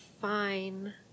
Fine